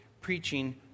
preaching